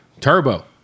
Turbo